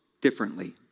differently